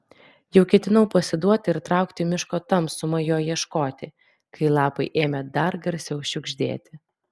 jau ketinau pasiduoti ir traukti į miško tamsumą jo ieškoti kai lapai ėmė dar garsiau šiugždėti